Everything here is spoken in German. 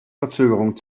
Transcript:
verzögerungen